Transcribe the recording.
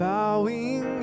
Bowing